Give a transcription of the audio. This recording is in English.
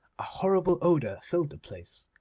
a horrible odour filled the place.